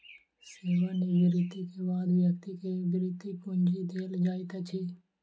सेवा निवृति के बाद व्यक्ति के वृति पूंजी देल जाइत अछि